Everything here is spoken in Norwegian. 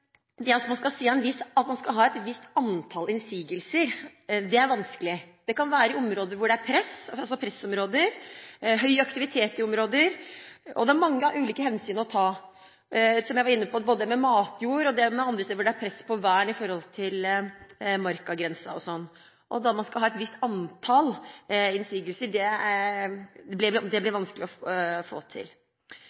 ha et visst antall innsigelser. Det kan være i pressområder, områder med høy aktivitet. Det er mange ulike hensyn å ta – som jeg var inne på – både når det gjelder matjord og annet der det er press på vern med hensyn til markagrensen, osv. Et visst antall innsigelser blir det vanskelig å få til. Så da tenker jeg at det blir